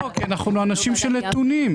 אנחנו אנשים של נתונים.